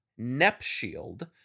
Nepshield